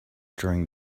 during